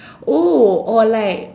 oh or like